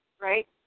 Right